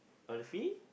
Elfie